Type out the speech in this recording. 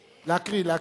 להקריא.